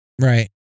Right